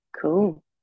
Cool